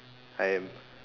I am